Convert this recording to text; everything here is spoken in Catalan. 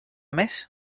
més